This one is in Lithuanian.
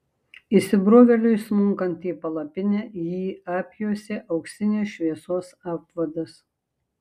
įsibrovėliui smunkant į palapinę jį apjuosė auksinės šviesos apvadas